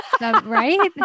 right